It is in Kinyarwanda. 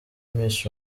miss